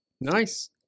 nice